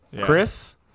Chris